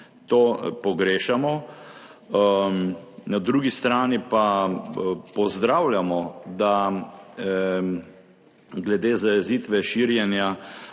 To pogrešamo. Na drugi strani pa pozdravljamo, da glede zajezitve širjenja